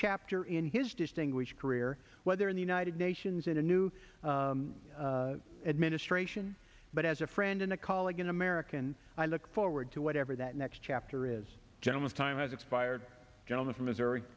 chapter in his distinguished career whether in the united nations in a new administration but as a friend and a colleague an american i look forward to whatever that next chapter is gentleman's time has expired gentlemen from missouri